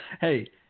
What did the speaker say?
Hey